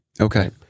Okay